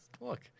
Look